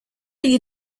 you